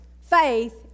faith